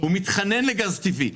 הוא מתחנן לגז טבעי,